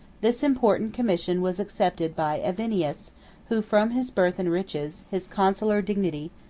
this important commission was accepted by avienus, who, from his birth and riches, his consular dignity,